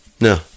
No